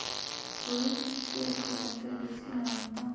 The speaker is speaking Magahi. तोरी के सबसे अच्छा संकर बीज के नाम बताऊ?